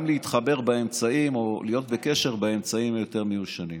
גם להתחבר או להיות בקשר באמצעים יותר מיושנים.